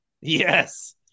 Yes